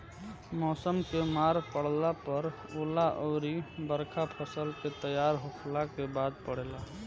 मौसम के मार पड़ला पर ओला अउर बरखा फसल के तैयार होखला के बाद पड़ेला